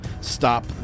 stop